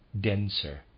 denser